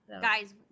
Guys